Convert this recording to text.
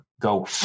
go